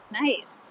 Nice